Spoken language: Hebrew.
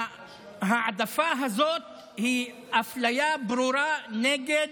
לכן ההעדפה הזאת היא אפליה ברורה נגד